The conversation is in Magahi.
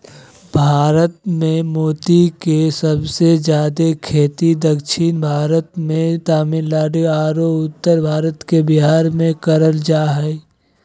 भारत मे मोती के सबसे जादे खेती दक्षिण भारत मे तमिलनाडु आरो उत्तर भारत के बिहार मे करल जा हय